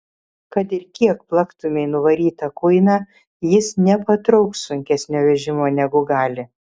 kad ir kiek plaktumei nuvarytą kuiną jis nepatrauks sunkesnio vežimo negu gali